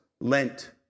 Lent